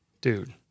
Dude